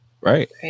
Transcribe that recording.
right